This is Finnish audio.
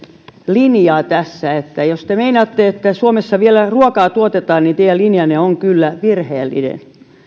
linjaa tässä jos te meinaatte että suomessa vielä ruokaa tuotetaan niin teidän linjanne on kyllä virheellinen